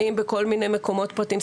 האם בכל מיני מקומות פרטיים.